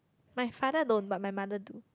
my father don't but my mother do